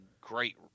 great